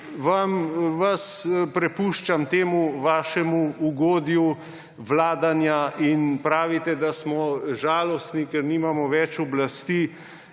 potem vas prepuščam temu vašemu ugodju vladanja. In pravite, da smo žalostni, ker nimamo več oblasti.